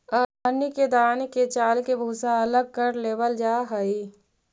अन्न के दान के चालके भूसा अलग कर लेवल जा हइ